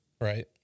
right